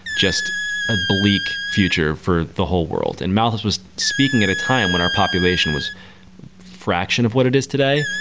just a bleak future for the whole world. and malthus was speaking at a time when our population was fraction of what it is today.